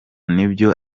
n’ibyo